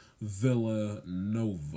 Villanova